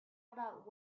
about